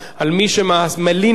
על מי שמלין אותם,